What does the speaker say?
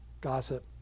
gossip